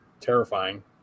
terrifying